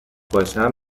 باشم